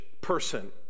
person